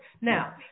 Now